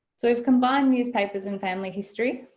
so we've combined newspapers and family history,